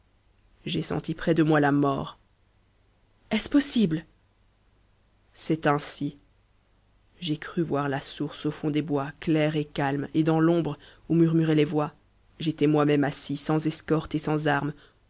j'ai senti près de moi la mort d viviane est-ce possible myrdhinn c'est ainsi j'ai cru voir la source au fond des bois ctaire et calme et dans l'ombre où murmuraient tes voix j'étais moi-même assis sans escorte et sans arme